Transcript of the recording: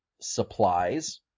supplies